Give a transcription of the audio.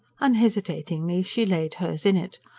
unhesitatingly she laid hers in it.